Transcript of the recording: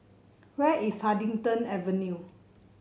where is Huddington Avenue